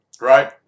right